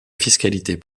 fiscalité